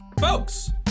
Folks